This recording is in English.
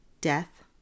death